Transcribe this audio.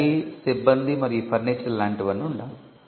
గది సిబ్బంది మరియు ఫర్నిచర్ లాంటివన్నీ ఉండాలి